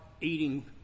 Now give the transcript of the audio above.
eating